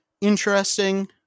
interesting